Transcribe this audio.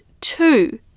two